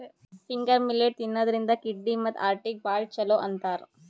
finger millet ತಿನ್ನದ್ರಿನ್ದ kidney ಮತ್ತ್ ಹಾರ್ಟಿಗ್ ಭಾಳ್ ಛಲೋ ಅಂತಾರ್